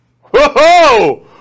Whoa